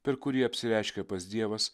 per kurį apsireiškia pats dievas